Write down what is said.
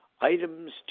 items